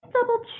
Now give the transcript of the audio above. double